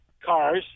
cars